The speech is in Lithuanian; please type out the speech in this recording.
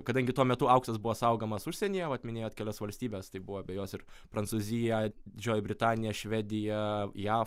kadangi tuo metu auksas buvo saugomas užsienyje vat minėjot kelias valstybes tai buvo abejos ir prancūzija didžioji britanija švedija jav